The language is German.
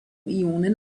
ionen